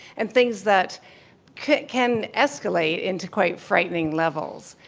and things that can escalate into quite frightening levels.